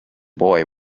boy